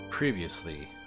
previously